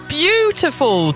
beautiful